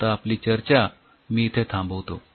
आता आपली चर्चा मी इथे थांबवतो